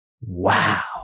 Wow